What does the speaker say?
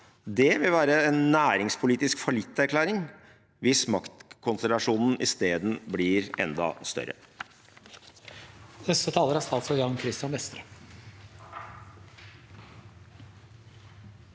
Det vil være en næringspolitisk fallitterklæring hvis maktkonsentrasjonen i stedet blir enda større.